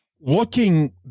Looking